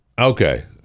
Okay